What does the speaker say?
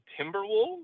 Timberwolves